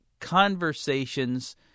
conversations